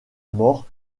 mort